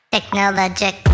Technologic